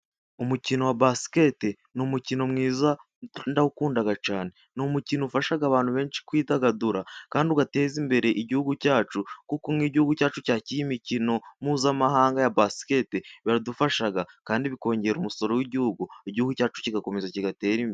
Umukino wa basikete, ni umukino mwiza ndawukunda cyane, ni umukino ufasha abantu benshi kwidagadura, kandi ugateza imbere igihugu cyacu, kuko nk'iyo igihugu cyacu cyakira imikino mpuzamahanga ya basiketi, biradufasha, kandi bikongera umusoro w'igihugu, igihugu cyacu kigakomeza kigatera imbere.